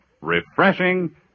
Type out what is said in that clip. Refreshing